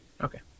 Okay